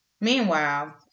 Meanwhile